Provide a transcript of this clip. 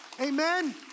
Amen